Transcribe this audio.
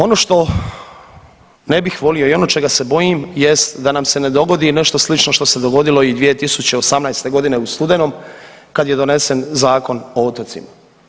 Ono što ne bih volio i ono čega se bojim jest da nam se ne dogodi nešto slično što se dogodilo i 2018. godine u studenom kad je donesen Zakon o otocima.